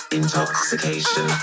intoxication